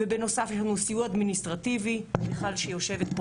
בנוסף יש לנו סיוע אדמיניסטרטיבי מיכל שיושבת פה